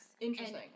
Interesting